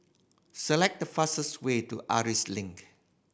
select the fastest way to Link